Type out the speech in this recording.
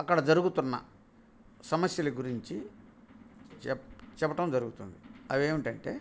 అక్కడ జరుగుతున్న సమస్యల గురించి చెప్ చెప్పటం జరుగుతుంది అవి ఏమిటంటే